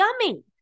yummy